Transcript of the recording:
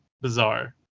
bizarre